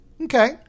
Okay